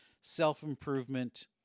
self-improvement